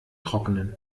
trockenen